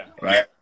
right